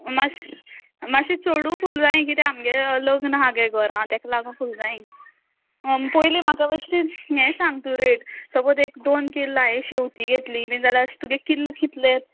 मातश मात्शें चडू फूल जाय किदें आमगे लग्न आहा गे घरां ताका लागोन फूल जायी पयलीं म्हाका मातशें हें सांग तूं रेट सपोज एक दोन किल्ल हांवें शेंवती घेतली बी जाल्यार तुगे किल्ल कितले